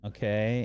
Okay